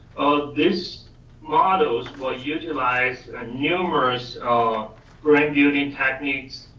this models will ah utilize a numerous um grant building techniques,